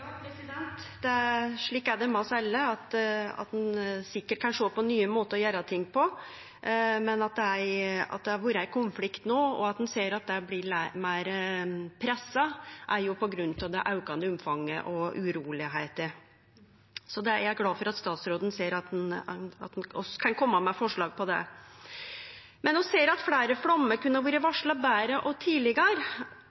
slik er det med oss alle, at ein sikkert kan sjå på nye måtar å gjere ting på. Men at det har vore ein konflikt no, og at ein ser at dette blir meir pressa, er jo på grunn av det auka omfanget og uroa. Eg er glad for at statsråden ser at ein kan kome med forslag på det. Men vi ser at fleire flaumar kunne ha vore